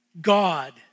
God